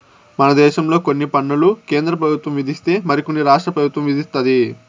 మన దేశంలో కొన్ని పన్నులు కేంద్ర పెబుత్వం విధిస్తే మరి కొన్ని రాష్ట్ర పెబుత్వం విదిస్తది